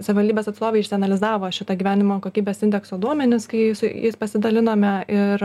savivaldybės atstovai išsianalizavo šitą gyvenimo kokybės indekso duomenis kai su jais pasidalinome ir